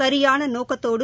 சரியான நோக்கத்தோடு